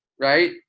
right